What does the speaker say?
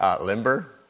Limber